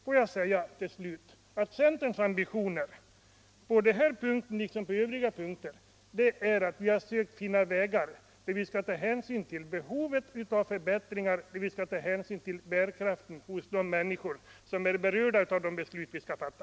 Får jag till slut säga att centerns ambition på den här punkten liksom på övriga punkter är att söka finna vägar som innebär insatser för förbättringar till dem som bäst behöver dem och att vi tar hänsyn till bärkraften hos de människor som är beroende av det beslut vi skall fatta.